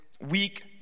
weak